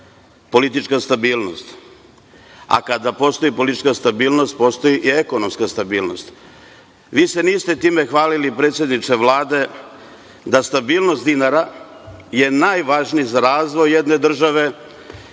Politička stabilnost. Kada postoji politička stabilnost, postoji i ekonomska stabilnost. Vi se niste time hvalili, predsedniče Vlade, da je stabilnost dinara najvažniji za razvoj jedne države.